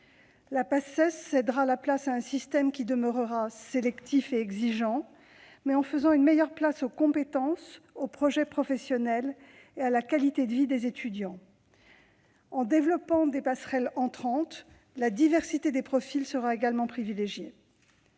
La Paces cédera la place à un système qui demeurera sélectif et exigeant, mais qui fera une meilleure place aux compétences, au projet professionnel et à la qualité de vie des étudiants. En développant les passerelles entrantes, la diversité des profils sera également privilégiée.